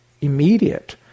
immediate